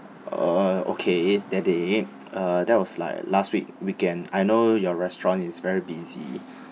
uh okay that day uh that was like last week weekend I know your restaurant is very busy